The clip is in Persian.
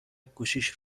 گوشیش